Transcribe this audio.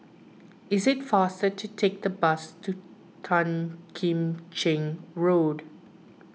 it is faster to take the bus to Tan Kim Cheng Road